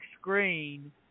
screen